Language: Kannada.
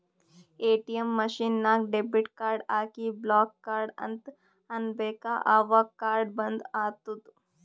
ಎ.ಟಿ.ಎಮ್ ಮಷಿನ್ ನಾಗ್ ಡೆಬಿಟ್ ಕಾರ್ಡ್ ಹಾಕಿ ಬ್ಲಾಕ್ ಕಾರ್ಡ್ ಅಂತ್ ಅನ್ಬೇಕ ಅವಗ್ ಕಾರ್ಡ ಬಂದ್ ಆತ್ತುದ್